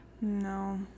No